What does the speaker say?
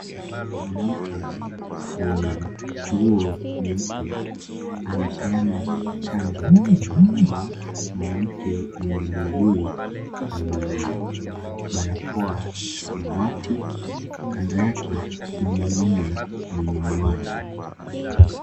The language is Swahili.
Mwanamke mwenye nguo nyeupe anapeana chanjo kwa mwanamke mwenye buibui na mwenye barakoa ya samawati. Kando yake kuna mwanaume mwenye miwani.